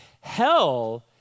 Hell